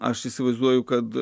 aš įsivaizduoju kad